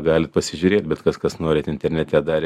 galit pasižiūrėt bet kas kas norit internete dar